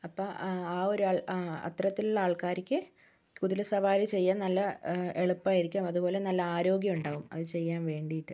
അപ്പോൾ ആ ഒരാൾ അത്തരത്തിലുള്ള ആൾക്കാർക്ക് കുതിരസവാരി ചെയ്യാൻ നല്ല എളുപ്പായിരിക്കും അതുപോലെ നല്ല ആരോഗ്യുണ്ടാവും അത് ചെയ്യാൻ വേണ്ടിയിട്ട്